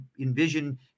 envision